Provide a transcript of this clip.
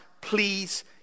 please